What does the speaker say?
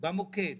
במוקד